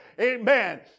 amen